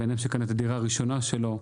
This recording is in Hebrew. זה בן אדם שקנה את הדירה הראשונה שלו,